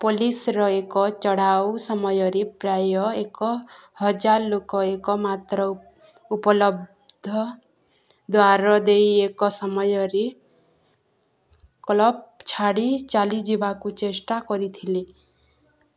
ପୋଲିସ୍ର ଏକ ଚଢ଼ାଉ ସମୟରେ ପ୍ରାୟ ଏକହଜାର ଲୋକ ଏକମାତ୍ର ଉପଲବ୍ଧ ଦ୍ୱାର ଦେଇ ଏକ ସମୟରେ କ୍ଲବ୍ ଛାଡ଼ି ଚାଲିଯିବାକୁ ଚେଷ୍ଟା କରିଥିଲେ